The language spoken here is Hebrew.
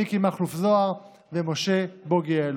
מיקי מכלוף זוהר ומשה בוגי יעלון.